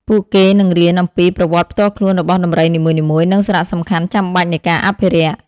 ពួកគេនឹងរៀនអំពី ប្រវត្តិផ្ទាល់ខ្លួនរបស់ដំរីនីមួយៗ និងសារៈសំខាន់ចាំបាច់នៃការអភិរក្ស។